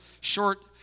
short